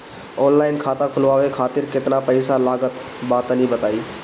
Online खाता खूलवावे खातिर केतना पईसा लागत बा तनि बताईं?